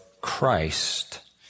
Christ